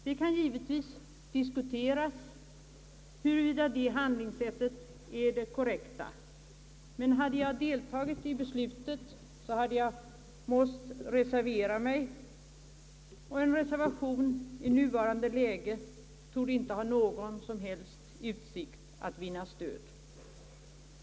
Det kan givetvis diskuteras huruvida det handlingssättet är det korrekta. Men hade jag deltagit i beslutet, hade jag nödgats reservera mig, och en reservation i nuvarande läge torde inte ha någon som helst utsikt att vinna stöd.